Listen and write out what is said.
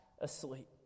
asleep